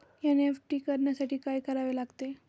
NEFT करण्यासाठी काय करावे लागते?